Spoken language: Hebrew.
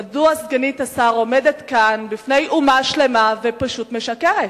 מדוע סגנית השר עומדת כאן בפני אומה שלמה ופשוט משקרת?